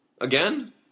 Again